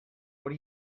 what